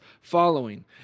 following